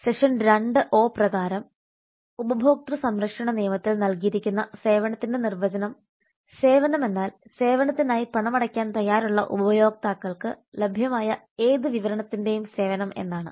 section 2 പ്രകാരം ഉപഭോക്തൃ സംരക്ഷണ നിയമത്തിൽ നൽകിയിരിക്കുന്ന സേവനത്തിന്റെ നിർവചനം സേവനമെന്നാൽ സേവനത്തിനായി പണമടക്കാൻ തയ്യാറുള്ള ഉപയോക്താക്കൾക്ക് ലഭ്യമായ ഏത് വിവരണത്തിന്റെയും സേവനം എന്നാണ്